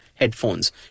headphones